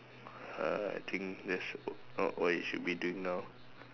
uh I think that's not what you should be doing now